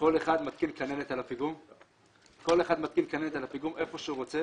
כל אחד מתקין כננת על הפיגום היכן שהוא רוצה